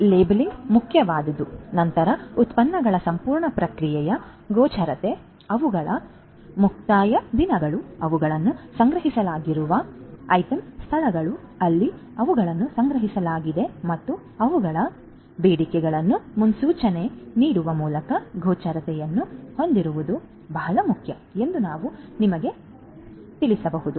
ಆದ್ದರಿಂದ ಲೇಬಲಿಂಗ್ ಮುಖ್ಯವಾದುದು ನಂತರ ಉತ್ಪನ್ನಗಳ ಸಂಪೂರ್ಣ ಪ್ರಕ್ರಿಯೆಯ ಗೋಚರತೆ ಅವುಗಳ ಮುಕ್ತಾಯ ದಿನಾಂಕಗಳು ಅವುಗಳನ್ನು ಸಂಗ್ರಹಿಸಲಾಗಿರುವ ಐಟಂ ಸ್ಥಳಗಳು ಅಲ್ಲಿ ಅವುಗಳನ್ನು ಸಂಗ್ರಹಿಸಲಾಗಿದೆ ಮತ್ತು ಅವುಗಳ ಬೇಡಿಕೆಗಳನ್ನು ಮುನ್ಸೂಚನೆ ನೀಡುವ ಮೂಲಕ ಗೋಚರತೆಯನ್ನು ಹೊಂದಿರುವುದು ಬಹಳ ಮುಖ್ಯ ಎಂದು ನಾವು ನಿಮಗೆ ತಿಳಿಸಬಹುದು